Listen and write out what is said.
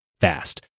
fast